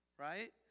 right